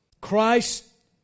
Christ